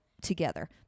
together